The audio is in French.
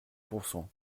pourcent